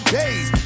days